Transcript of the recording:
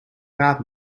raad